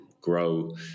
grow